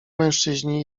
mężczyźni